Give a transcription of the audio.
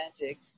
magic